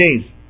days